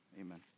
Amen